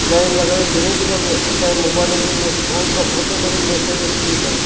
line लॻाइण जी ज़रूरत ई कोन पए असांजी मोबाइलुनि ते ई पाण पाण ऑटोमेटिक मेसेज अची वेंदा आहिनि